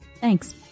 Thanks